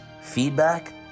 feedback